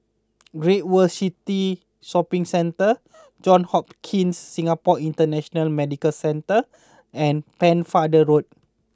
Great World City Shopping Centre Johns Hopkins Singapore International Medical Centre and Pennefather Road